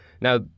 Now